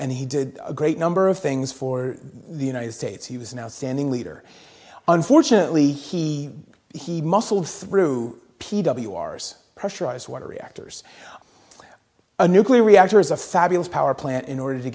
and he did a great number of things for the united states he was an outstanding leader unfortunately he he muscled through p w r's pressurized water reactors a nuclear reactor is a fabulous power plant in order to